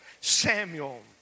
Samuel